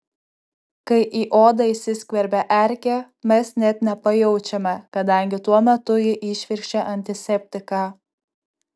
kai į odą įsiskverbia erkė mes net nepajaučiame kadangi tuo metu ji įšvirkščia antiseptiką